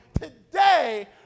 today